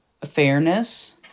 fairness